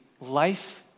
life